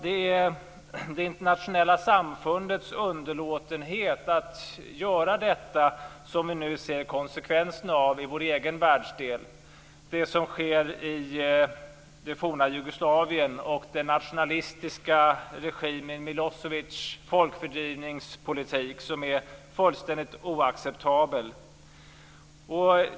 Det är det internationella samfundets underlåtenhet att göra detta som vi nu ser konsekvenserna av i vår egen världsdel: det som sker i det forna Jugoslavien och den nationalistiska regimen Milosevics folkfördrivningspolitik, som är fullständigt oacceptabel.